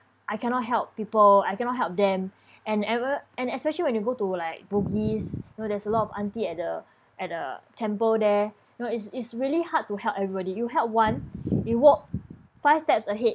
I cannot help people I cannot help them and ever and especially when you go to like bugis you know there's a lot of auntie at the at the temple there you know is is really hard to help everybody you help one you walk five steps ahead